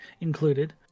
included